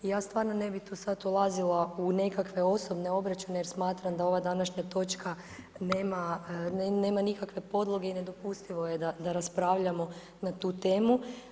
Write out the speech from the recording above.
I ja stvarno ne bi tu sada ulazila u nekakve osobne obračune jer smatram da ova današnja točka nema nikakve podloge i nedopustivo je da raspravljamo na tu temu.